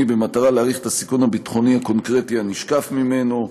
במטרה להעריך את הסיכון הביטחוני הקונקרטי הנשקף ממנו.